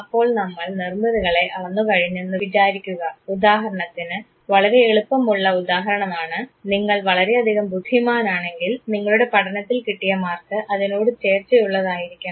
അപ്പോൾ നമ്മൾ നിർമിതികളെ അളന്നു കഴിഞ്ഞെന്നു വിചാരിക്കുക ഉദാഹരണത്തിന് വളരെ എളുപ്പമുള്ള ഉദാഹരണമാണ് നിങ്ങൾ വളരെയധികം ബുദ്ധിമാനാണെങ്കിൽ നിങ്ങളുടെ പഠനത്തിൽ കിട്ടിയ മാർക്ക് അതിനോട് ചേർച്ച ഉള്ളതായിരിക്കണം